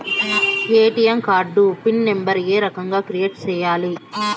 ATM card pin number ఏ రకంగా create సేయాలి